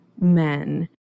men